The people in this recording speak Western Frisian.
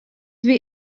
wie